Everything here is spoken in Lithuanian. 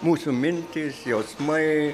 mūsų mintys jausmai